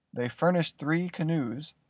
they furnished three canoes,